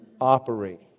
operate